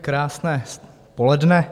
Krásné poledne.